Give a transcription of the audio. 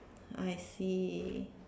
I see